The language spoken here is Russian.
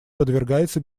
подвергается